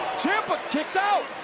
ciampa kicked out.